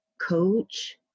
coach